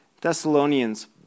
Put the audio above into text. Thessalonians